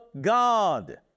God